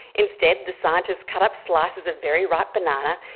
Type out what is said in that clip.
instead, the scientists cut up slices of very ripe banana,